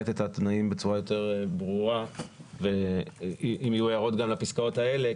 את התנאים בצורה יותר ברורה ואם יהיו הערות גם לפסקאות האלה,